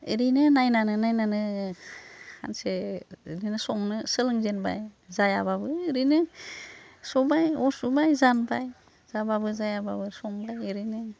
ओरैनो नायनानै नायनानैनो सानसे बिदिनो संनो सोलोंजेनबाय जायाबाबो ओरैनो संबाय अर सुबाय जानबाय जाबाबो जायाबाबो संदों ओरैनो